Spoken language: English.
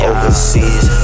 Overseas